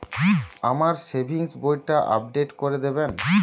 আমার সেভিংস বইটা আপডেট করে দেবেন?